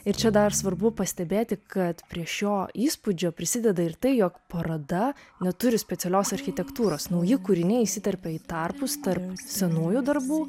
ir čia dar svarbu pastebėti kad prie šio įspūdžio prisideda ir tai jog paroda neturi specialios architektūros nauji kūriniai įsiterpia į tarpus tarp senųjų darbų